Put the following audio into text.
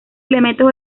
elementos